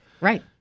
Right